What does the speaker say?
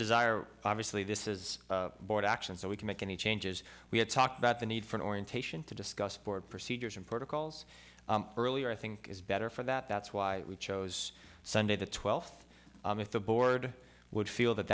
desire obviously this is a board action so we can make any changes we have talked about the need for an orientation to discuss board procedures and protocols earlier i think is better for that that's why we chose sunday the twelfth with the board would feel that